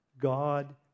God